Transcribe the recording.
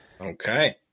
Okay